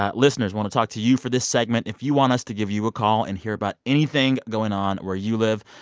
ah listeners want to talk to you for this segment. if you want us to give you a call and hear about anything going on where you live,